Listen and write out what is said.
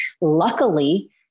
Luckily